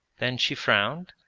then she frowned,